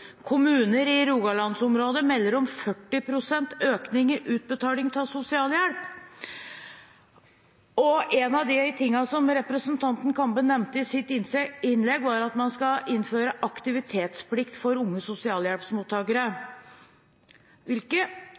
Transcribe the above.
Kommuner i Rogalands-området melder om 40 pst. økning i utbetaling av sosialhjelp. En av de tingene som representanten Kambe nevnte i sitt innlegg, var at man skal innføre aktivitetsplikt for unge sosialhjelpsmottakere. Hvilke